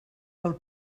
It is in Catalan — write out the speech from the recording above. pel